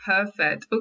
Perfect